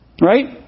Right